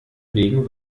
wegen